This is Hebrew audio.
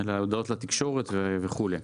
ההודעות לתקשורת וכולי.